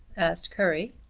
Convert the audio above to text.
asked currie.